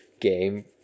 game